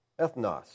ethnos